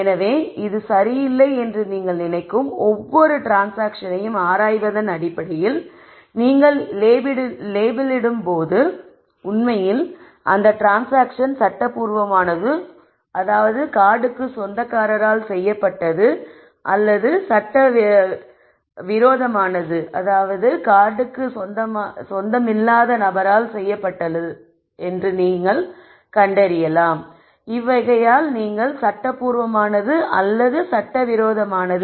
எனவே இது சரியில்லை என்று நீங்கள் நினைக்கும் ஒவ்வொரு ட்ரான்ஸ்சாங்க்ஷன்யையும் ஆராய்வதன் அடிப்படையில் நீங்கள் லேபிளிடும் போது உண்மையில் அந்த ட்ரான்ஸ்சாங்க்ஷன் சட்டப்பூர்வமானது அல்ல என்பதை நீங்கள் கண்டறிந்தால் அதை சட்டவிரோத ட்ரான்ஸ்சாங்க்ஷன் என்ற லேபிளில் வகை படுத்துவீர்கள்